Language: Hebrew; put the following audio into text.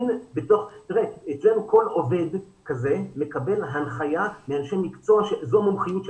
אצלנו כל עובד כזה מקבל הנחיה מאנשי מקצוע שזו המומחיות שלהם.